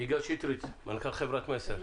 יגאל שטרית, מנכ"ל חברת מסר.